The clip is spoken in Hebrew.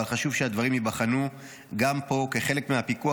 אבל חשוב שהדברים ייבחנו גם פה כחלק מהפיקוח